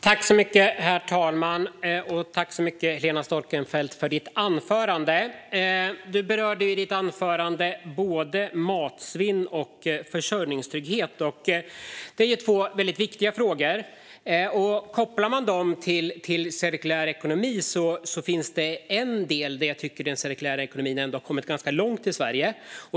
Herr talman! Tack så mycket, Helena Storckenfeldt, för anförandet! Ledamoten berörde i sitt anförande både matsvinn och försörjningstrygghet. Det är två väldigt viktiga frågor, och kopplar man dem till cirkulär ekonomi ser man en del där jag tycker att den cirkulära ekonomin kommit ganska långt i Sverige.